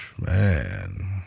man